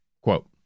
Quote